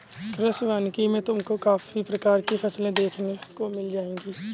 कृषि वानिकी में तुमको काफी प्रकार की फसलें देखने को मिल जाएंगी